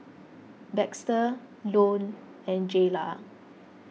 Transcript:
Baxter Lone and Jaylah